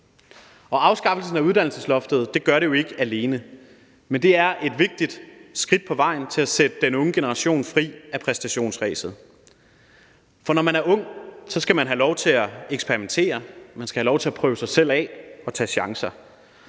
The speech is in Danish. Afskaffelsen af uddannelsesloftet gør det jo ikke alene, men det er et vigtigt skridt på vejen til at sætte den unge generation fri af præstationsræset. For når man er ung, skal man have lov til at eksperimentere, man skal have lov til at prøve sig selv af og tage chancer.